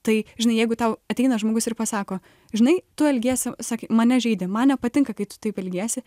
tai žinai jeigu tau ateina žmogus ir pasako žinai tu elgies sa sakė mane žeidi man nepatinka kai tu taip elgiesi